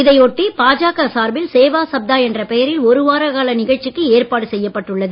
இதை ஒட்டி பாஜக சார்பில் சேவா சப்தா என்ற பெயரில் ஒருவார கால் நிகழ்ச்சிக்கு ஏற்பாடு செய்யப்பட்டுள்ளது